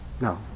no